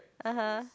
(uh huh)